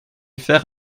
faire